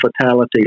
fatality